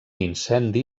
incendi